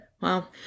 Wow